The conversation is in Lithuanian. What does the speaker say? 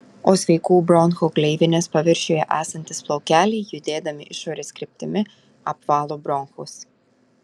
o sveikų bronchų gleivinės paviršiuje esantys plaukeliai judėdami išorės kryptimi apvalo bronchus